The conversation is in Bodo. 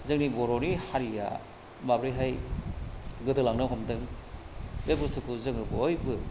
जोंनि बर'नि हारिया माबोरैहाय गोदोलांनो हमदों बे बुस्थुखौ जोङो बयबो